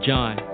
John